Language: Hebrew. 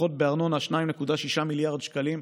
הנחות בארנונה, 2.6 מיליארד שקלים,